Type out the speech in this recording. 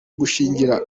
gushyingira